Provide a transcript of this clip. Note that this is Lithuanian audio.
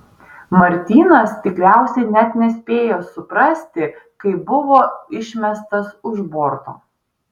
martynas tikriausiai net nespėjo suprasti kai buvo išmestas už borto